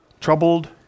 troubled